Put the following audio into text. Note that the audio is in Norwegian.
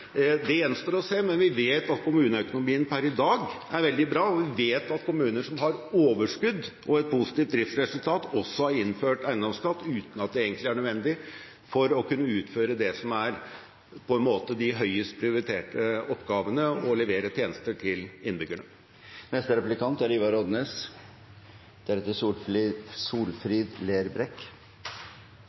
Det gjenstår å se, men vi vet at kommuneøkonomien per i dag er veldig bra, og vi vet at kommuner som har overskudd og et positivt driftsresultat, også har innført eiendomsskatt, uten at det egentlig er nødvendig, for å kunne utføre det som er de høyest prioriterte oppgavene – å levere tjenester til innbyggerne. Senterpartiet er